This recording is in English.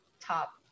top